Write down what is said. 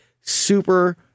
super